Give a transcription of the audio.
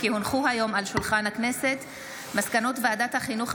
כי הונחו היום על שולחן הכנסת מסקנות ועדת החינוך,